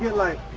yeah like